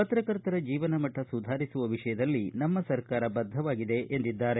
ಪತ್ರಕರ್ತರ ಜೀವನ ಮಟ್ಟ ಸುಧಾರಿಸುವ ವಿಷಯದಲ್ಲಿ ನಮ್ನ ಸರ್ಕಾರ ಬದ್ದವಾಗಿದೆ ಎಂದಿದ್ದಾರೆ